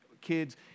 kids